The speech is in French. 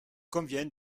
convient